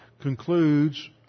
concludes